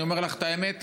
אני אומר לך את האמת,